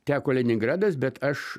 teko leningradas bet aš